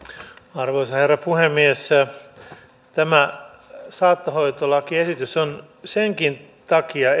arvoisa herra puhemies tämä saattohoitolakiesitys on erittäin tärkeä senkin takia